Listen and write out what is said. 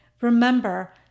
remember